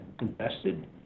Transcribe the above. invested